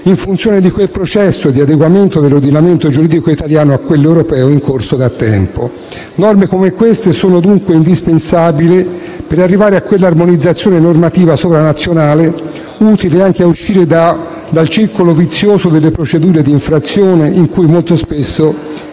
in funzione di quel processo di adeguamento dell'ordinamento giuridico italiano a quello europeo in corso da tempo. Norme come queste sono dunque indispensabili per arrivare a quell'armonizzazione normativa sovranazionale, utile anche a uscire dal circolo vizioso delle procedure di infrazione in cui molto spesso